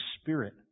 spirit